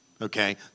Okay